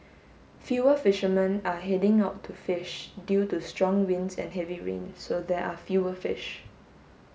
fewer fishermen are heading out to fish due to strong winds and heavy rain so there are fewer fish